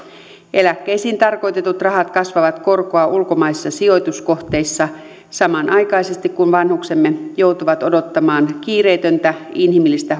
eläkkeisiin tarkoitetut rahat kasvavat korkoa ulkomaisissa sijoituskohteissa samanaikaisesti kun vanhuksemme joutuvat odottamaan kiireetöntä inhimillistä